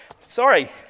Sorry